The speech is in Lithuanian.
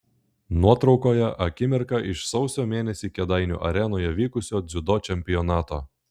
nuotraukoje akimirka iš sausio mėnesį kėdainių arenoje vykusio dziudo čempionato